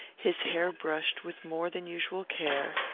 his hair brushed with more than usual care,